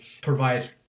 provide